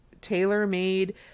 tailor-made